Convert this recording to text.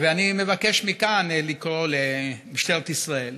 אני מבקש מכאן לקרוא למשטרת ישראל,